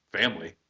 family